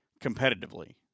competitively